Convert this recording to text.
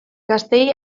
gazteei